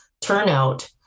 turnout